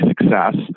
success